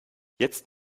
jetzt